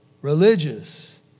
religious